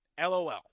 lol